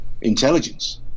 intelligence